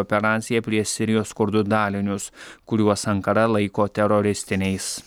operacija prieš sirijos kurdų dalinius kuriuos ankara laiko teroristiniais